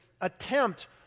attempt